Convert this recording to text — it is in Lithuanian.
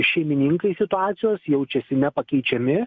šeimininkais situacijos jaučiasi nepakeičiami